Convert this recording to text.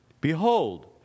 Behold